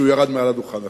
שירד מהדוכן עכשיו.